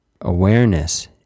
Awareness